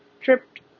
tripped